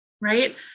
right